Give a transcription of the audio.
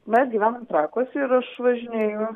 mes gyvenam trakuose ir aš važinėju